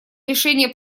решение